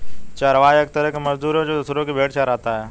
चरवाहा एक तरह का मजदूर है, जो दूसरो की भेंड़ चराता है